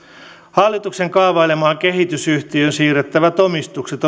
hallituksen kaavailemaan kehitysyhtiöön siirrettävät omistukset